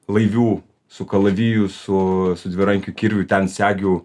laivių su kalaviju su dvirankiu kirviu ten segių